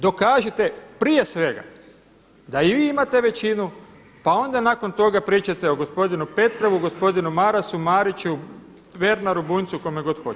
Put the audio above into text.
Dokažite prije svega da i vi imate većinu, pa onda nakon toga pričajte o gospodinu Petrovu, gospodinu Marasu, Mariću, Pernaru, Bunjcu, kome god hoćete.